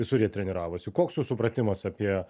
visur jie treniravosi koks jų supratimas apie